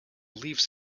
leaves